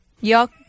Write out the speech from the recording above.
Yok